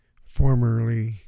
formerly